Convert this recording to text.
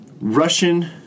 Russian